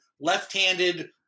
left-handed